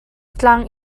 tlang